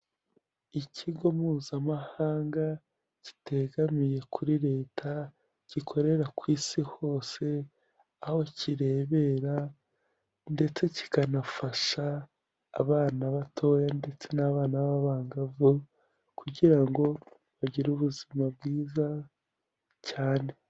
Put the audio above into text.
Ikigo mpuzamahanga kitegamiye kuri leta gikorera ku isi hose, aho kirebera ndetse kikanafasha abana batoya ndetse n'abana b'abangavu kugira ngo bagire ubuzima bwiza cyane.